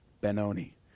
Ben-Oni